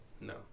No